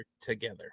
together